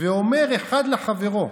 ואומר אחד לחברו: